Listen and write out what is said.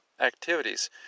activities